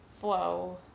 flow